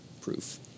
proof